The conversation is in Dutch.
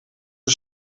een